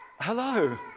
Hello